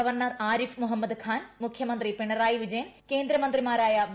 governor Arif Muhammad Khan മൂഖ്യമന്ത്രി പിണറായി വിജയൻ കേന്ദ്രമന്ത്രിമാരായ V